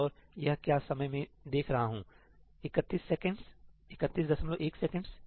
और यह क्या समय में देख रहा हूं 31 सेकंडस 311 सेकंडस